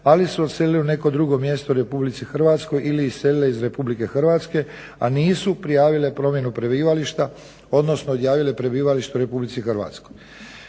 ali su odselili u neko drugo mjesto u RH ili iselile iz RH, a nisu prijavile promjenu prebivališta, odnosno odjavile prebivalište u RH. Kako